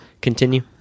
continue